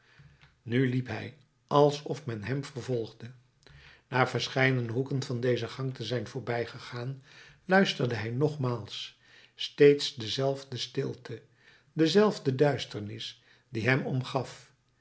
nu liep hij alsof men hem vervolgde na verscheidene hoeken van deze gang te zijn voorbijgegaan luisterde hij nogmaals steeds dezelfde stilte dezelfde duisternis die hem omgaf